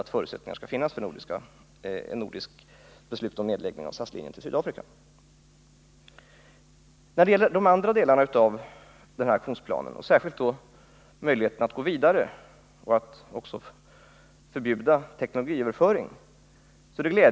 Det är glädjande att kunna konstatera att enighet har kunnat uppnås i utskottet om de andra delarna av aktionsplanen, särskilt möjligheten att gå vidare och förbjuda även teknologiöverföring.